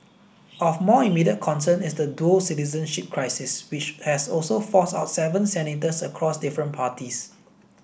of more immediate concern is the dual citizenship crisis which has also forced out seven senators across different parties